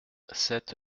sept